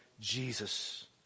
Jesus